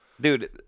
Dude